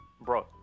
bro